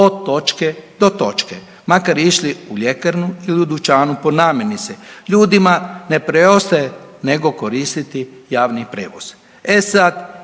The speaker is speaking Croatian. od točke do točke, makar išli u ljekarnu ili u dućanu po namirnice. Ljudi ne preostaje nego koristiti javni prevoz.